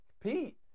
Pete